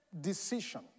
decision